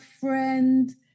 friend